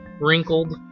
wrinkled